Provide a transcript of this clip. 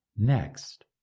Next